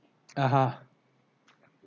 (uh huh)